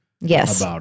Yes